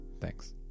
thanks